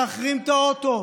להחרים את האוטו.